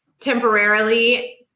temporarily